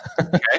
Okay